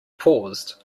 paused